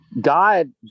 God